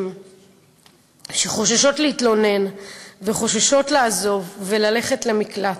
שחוששות להתלונן וחוששות לעזוב וללכת למקלט.